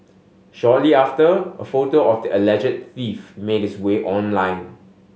shortly after a photo of the alleged thief made its way online